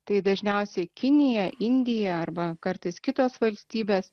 tai dažniausiai kinija indija arba kartais kitos valstybės